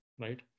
Right